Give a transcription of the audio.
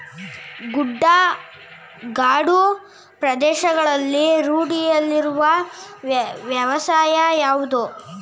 ಗುಡ್ಡಗಾಡು ಪ್ರದೇಶಗಳಲ್ಲಿ ರೂಢಿಯಲ್ಲಿರುವ ವ್ಯವಸಾಯ ಯಾವುದು?